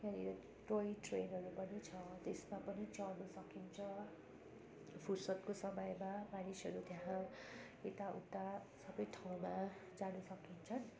त्यहाँनेर टोय ट्रेनहरू पनि छ त्यसमा पनि चढ्न सकिन्छ फुर्सदको समयमा मानिसहरू त्यहाँ यता उता सब ठाउँमा जान सकिन्छ